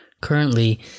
Currently